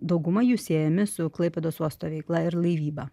dauguma jų siejami su klaipėdos uosto veikla ir laivyba